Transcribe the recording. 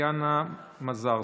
טטיאנה מזרסקי.